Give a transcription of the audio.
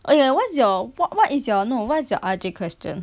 oh ya what's your what what is your no what is your R J question